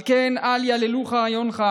על כן, "אל יבהילוך רעיונך,